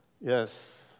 Yes